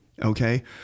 Okay